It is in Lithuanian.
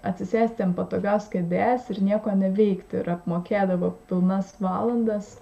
atsisėsti ant patogios kėdės ir nieko neveikti ir apmokėdavo pilnas valandas